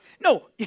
No